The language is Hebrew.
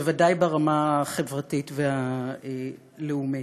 בוודאי ברמה החברתית והלאומית.